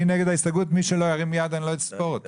ההסתייגות נפלה.